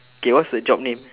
K what's the job name